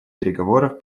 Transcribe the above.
переговоров